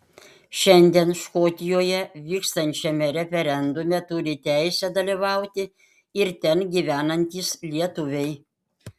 šiandien škotijoje vykstančiame referendume turi teisę dalyvauti ir ten gyvenantys lietuviai